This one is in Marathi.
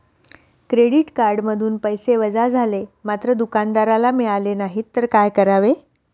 क्रेडिट कार्डमधून पैसे वजा झाले मात्र दुकानदाराला मिळाले नाहीत तर काय करावे?